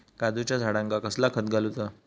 काजूच्या झाडांका कसला खत घालूचा?